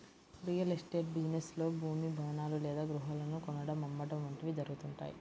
real estate business లో భూమి, భవనాలు లేదా గృహాలను కొనడం, అమ్మడం వంటివి జరుగుతుంటాయి